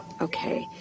Okay